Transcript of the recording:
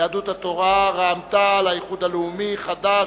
יהדות התורה, רע"ם-תע"ל, האיחוד הלאומי, חד"ש,